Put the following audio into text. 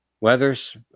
Weathers